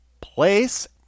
place